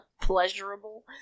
Pleasurable